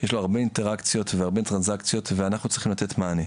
יש לו הרבה אינטראקציות והרבה טרנזקציות ואנחנו צריכים לתת מענה.